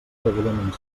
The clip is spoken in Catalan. degudament